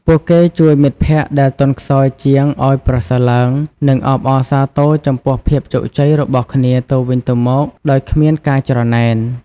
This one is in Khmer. ពួកគេជួយមិត្តភក្តិដែលទន់ខ្សោយជាងឱ្យប្រសើរឡើង និងអបអរសាទរចំពោះភាពជោគជ័យរបស់គ្នាទៅវិញទៅមកដោយគ្មានការច្រណែន។